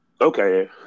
Okay